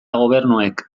gobernuek